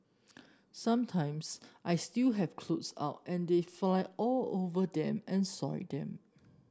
sometimes I still have clothes out and they fly all over them and soil them